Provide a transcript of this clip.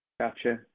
gotcha